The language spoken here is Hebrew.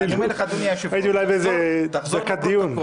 הייתי אולי בחצי דקת דיון.